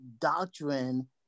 doctrine